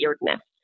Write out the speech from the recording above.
weirdness